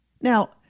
Now